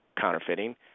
counterfeiting